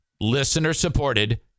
listener-supported